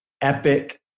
epic